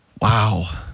Wow